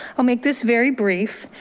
i'll make this very brief.